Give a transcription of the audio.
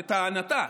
לטענתה,